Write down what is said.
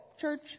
church